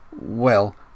Well